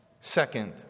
Second